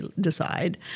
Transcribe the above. decide